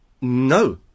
No